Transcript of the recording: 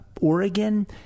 Oregon